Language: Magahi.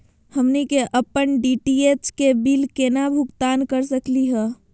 हमनी के अपन डी.टी.एच के बिल केना भुगतान कर सकली हे?